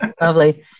lovely